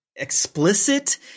explicit